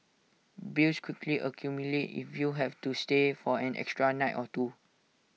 bills quickly accumulate if you have to stay for an extra night or two